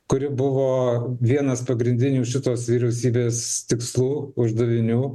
kuri buvo vienas pagrindinių šitos vyriausybės tikslų uždavinių